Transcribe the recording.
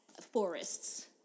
forests